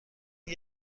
این